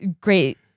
great